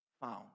found